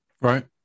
Right